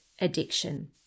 addiction